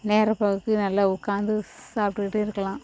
நேரம் போகிறதுக்கு நல்லா உட்காந்து சாப்பிடுட்டு இருக்கலாம்